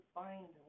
find